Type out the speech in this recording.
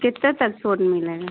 कितने तक छूट मिलेगा